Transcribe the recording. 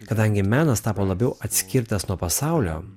kadangi menas tapo labiau atskirtas nuo pasaulio